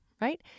Right